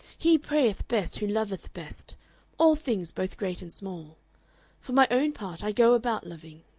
he prayeth best who loveth best all things both great and small for my own part i go about loving.